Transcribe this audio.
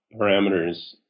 parameters